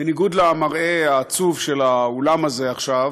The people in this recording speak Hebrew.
בניגוד למראה העצוב של האולם הזה עכשיו,